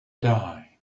die